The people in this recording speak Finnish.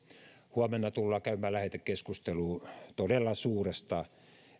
huomenna tullaan käymään lähetekeskustelu todella suuresta